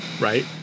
Right